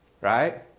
right